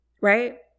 right